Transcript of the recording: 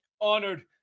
honored